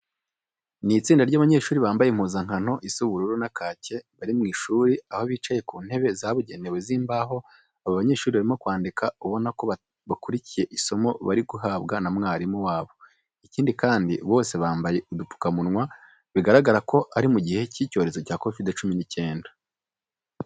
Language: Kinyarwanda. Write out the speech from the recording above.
Ni itsinda ry'abanyeshuri bambaye impuzankano isa ubururu na kake, bari mu ishuri aho bicaye ku ntebe zabugenewe z'imbaho. Aba banyeshuri barimo kwandika ubona ko bakurikiye isomo bari guhabwa na mwarimu wabo. Ikindi kandi, bose bambaye udupfukamunwa bigaragara ko ari mu gihe cy'icyorezo cya kovide cumi n'icyenda.